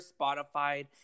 Spotify